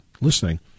listening